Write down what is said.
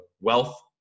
wealth